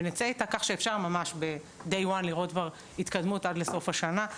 ונצא איתה כך שאפשר ממש ביום הראשון לראות כבר התקדמות עד לסוף השנה.